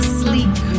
sleek